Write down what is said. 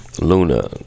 Luna